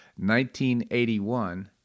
1981